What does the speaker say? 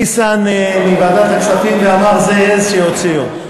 ניסן מוועדת הכספים ואמר: זו עז שיוציאו.